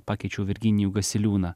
pakeičiau virginijų gasiliūną